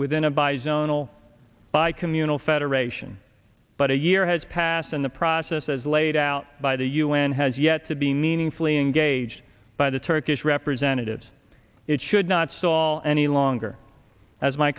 within a bi zonal by communal federation but a year has passed and the process as laid out by the un has yet to be meaningfully engaged by the turkish representatives it should not fall any longer as m